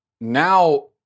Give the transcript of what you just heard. now